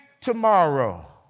tomorrow